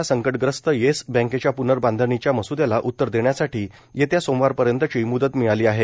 ला संकटग्रस्त येस बँकेच्या पुनर्बाधणीच्या मसुद्याला उतर देण्यासाठी येत्या सोमवारपर्यंतची मुदत मिळाली आहे